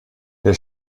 der